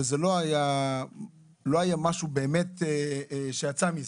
ולא היה משהו שיצא מזה.